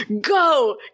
go